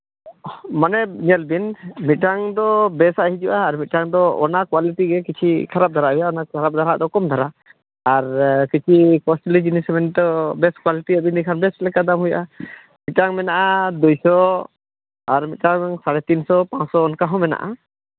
ᱢᱟᱱᱮ ᱧᱮᱞ ᱵᱤᱱ ᱢᱤᱫᱴᱟᱱ ᱫᱚ ᱵᱮᱥᱟᱜ ᱦᱤᱡᱩᱜᱼᱟ ᱟᱨ ᱢᱤᱫᱴᱟᱱ ᱫᱚ ᱚᱱᱟ ᱠᱚᱣᱟᱞᱤᱴᱤ ᱜᱮ ᱠᱤᱪᱷᱤ ᱠᱷᱟᱨᱟᱯ ᱫᱷᱟᱨᱟ ᱦᱩᱭᱩᱜᱼᱟ ᱚᱱᱟ ᱠᱚᱢ ᱫᱷᱟᱨᱟ ᱟᱨ ᱠᱤᱪᱷᱩ ᱠᱚᱥᱴᱞᱤ ᱡᱤᱱᱤᱥ ᱱᱤᱛᱚᱜ ᱵᱮᱥ ᱠᱚᱣᱟᱞᱤᱴᱤ ᱵᱤᱱ ᱤᱫᱤ ᱞᱮᱠᱷᱟᱱ ᱵᱮᱥ ᱞᱮᱠᱟ ᱫᱟᱢ ᱦᱩᱭᱩᱜᱼᱟ ᱢᱤᱫᱴᱟᱱ ᱢᱮᱱᱟᱜᱼᱟ ᱫᱩᱭᱥᱚ ᱟᱨ ᱢᱤᱫᱴᱟᱱ ᱥᱟᱬᱮ ᱛᱤᱱᱥᱚ ᱯᱟᱸᱥᱥᱚ ᱦᱚᱸ ᱢᱮᱱᱟᱜᱼᱟ